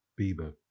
Bieber